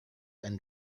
and